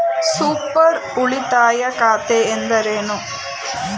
Super ಉಳಿತಾಯ ಖಾತೆ ಎಂದರೇನು?